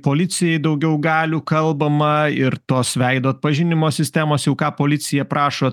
policijai daugiau galių kalbama ir tos veido atpažinimo sistemos jau ką policija prašo